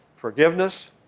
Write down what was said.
Forgiveness